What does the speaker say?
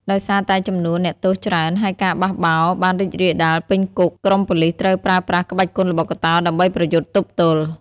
ដោយសារតែចំនួនអ្នកទោសច្រើន ហើយការបះបោរបានរីករាលដាលពេញគុក ក្រុមប៉ូលិសត្រូវប្រើប្រាស់ក្បាច់គុនល្បុក្កតោដើម្បីប្រយុទ្ធទប់ទល់។